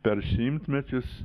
per šimtmečius